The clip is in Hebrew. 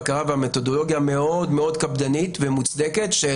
הבקרה והמתודולוגיה המאוד-מאוד קפדנית ומוצדקת של